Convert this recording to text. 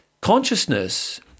Consciousness